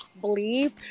believe